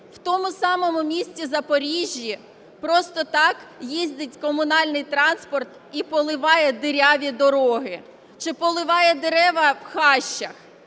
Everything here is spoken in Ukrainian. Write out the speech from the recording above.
в тому самому місті Запоріжжі просто так їздить комунальний транспорт і поливає діряві дороги чи поливає дерева в хащах.